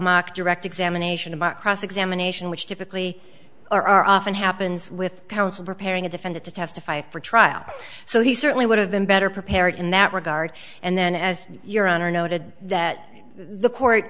direct examination of my cross examination which typically are often happens with counsel preparing a defendant to testify for trial so he certainly would have been better prepared in that regard and then as your honor noted that the court